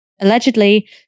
Allegedly